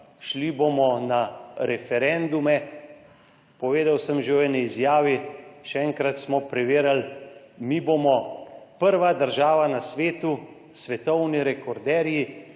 Šli bomo na referendume, povedal sem že v eni izjavi, še enkrat smo preverili, mi bomo prva država na svetu, svetovni rekorderji,